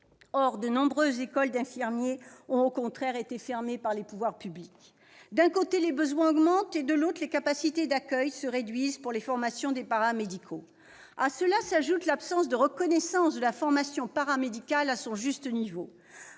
Or de nombreuses écoles d'infirmiers ont, au contraire, été fermées par les pouvoirs publics. D'un côté, les besoins augmentent, de l'autre, les capacités d'accueil se réduisent pour les formations des paramédicaux. À cela s'ajoute l'absence de reconnaissance de la formation paramédicale à son juste niveau.